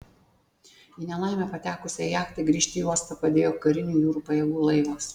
į nelaimę patekusiai jachtai grįžti į uostą padėjo karinių jūrų pajėgų laivas